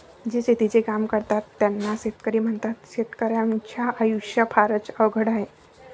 जे शेतीचे काम करतात त्यांना शेतकरी म्हणतात, शेतकर्याच्या आयुष्य फारच अवघड आहे